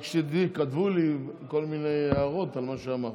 רק שתדעי, כתבו לי כל מיני הערות על מה שאמרת.